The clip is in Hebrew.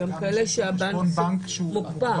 גם מי שיש לו חשבון בנק שהוא מוגבל.